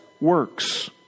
works